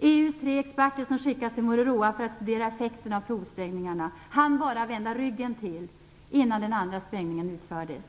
EU:s tre experter som skickades till Mururoa för att studera effekten av provsprängningarna hann bara vända ryggen till innan den andra sprängningen utfördes.